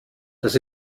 das